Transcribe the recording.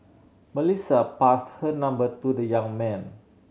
Melissa passed her number to the young man